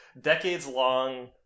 Decades-long